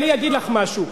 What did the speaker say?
אני אגיד לך משהו,